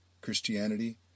Christianity